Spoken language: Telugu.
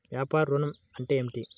వ్యాపార ఋణం అంటే ఏమిటి?